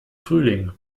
frühling